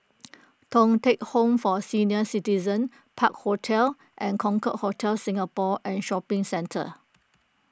Thong Teck Home for Senior Citizens Park Hotel and Concorde Hotel Singapore and Shopping Centre